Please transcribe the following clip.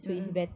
mmhmm